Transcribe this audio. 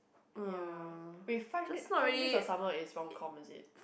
ya wait five day five days of summer is romcom is it